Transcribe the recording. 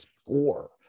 score